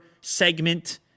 segment